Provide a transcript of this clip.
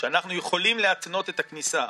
שילווה אותנו תקופה ארוכה,